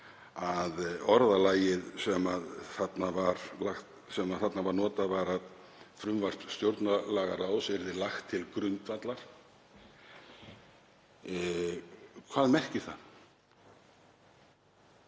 að orðalagið sem þarna var notað væri að frumvarp stjórnlagaráðs yrði lagt til grundvallar. Hvað merkir það?